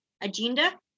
agenda